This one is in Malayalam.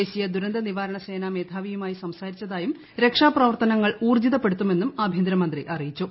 ദേശീയ ദുരന്ത നിവാരണ സേനാ മേധാവിയുമായി സംസാരിച്ചതായും രക്ഷാപ്രവർത്തനങ്ങൾ ഊർജ്ജിതപ്പെടുത്തുമെന്നും ആഭ്യന്തരമന്ത്രി അറിയിച്ചു